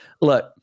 look